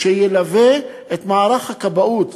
שילווה את מערך הכבאות,